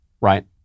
right